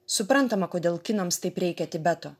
suprantama kodėl kinams taip reikia tibeto